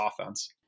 offense